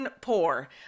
poor